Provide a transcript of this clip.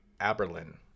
Aberlin